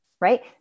right